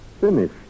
Finish